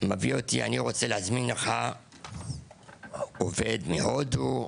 מביא אותי: ״אני רוצה להזמין לך עובד מהודו,